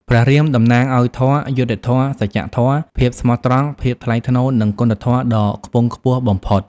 ព្រះរាមតំណាងឱ្យ ធម៌ យុត្តិធម៌ សច្ចធម៌ ភាពស្មោះត្រង់ ភាពថ្លៃថ្នូរ និងគុណធម៌ដ៏ខ្ពង់ខ្ពស់បំផុត ។